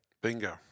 Bingo